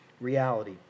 reality